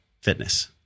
fitness